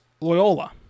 Loyola